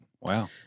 Wow